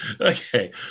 Okay